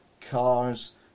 cars